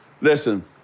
listen